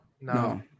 No